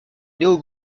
néo